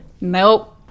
Nope